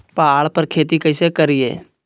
पहाड़ पर खेती कैसे करीये?